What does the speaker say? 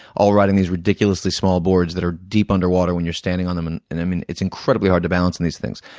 all riding these ridiculously small boards that are deep underwater when you're standing on them and and them and it's incredibly hard to balance on and these things.